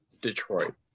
Detroit